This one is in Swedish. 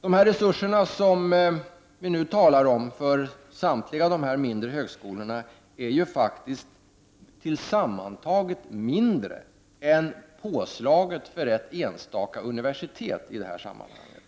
De resurser som vi nu talar om för samtliga dessa mindre högskolor är faktiskt tillsammans mindre än påslaget för ett enstaka universitet i det här sammanhanget.